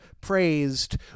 praised